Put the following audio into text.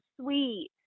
sweet